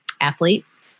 athletes